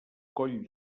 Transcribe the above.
coll